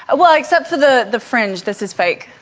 ah well, except for the the fringe this is fake.